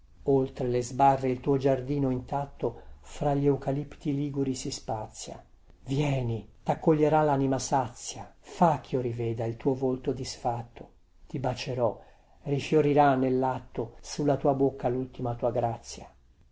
oltre le sbarre il tuo giardino intatto fra gli eucalipti liguri si spazia vieni taccoglierà lanima sazia fa chio riveda il tuo volto disfatto ti bacierò rifiorirà nellatto sulla tua bocca lultima tua grazia